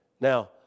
Now